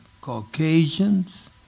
Caucasians